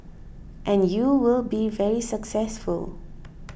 and you will be very successful